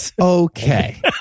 Okay